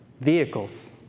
vehicles